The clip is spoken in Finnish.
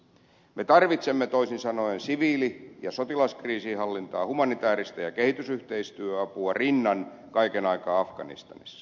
me tarvitsemme toisin sanoen siviili ja sotilaskriisinhallintaa humanitääristä ja kehitysyhteistyöapua rinnan kaiken aikaa afganistanissa